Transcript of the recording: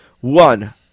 One